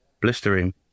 blistering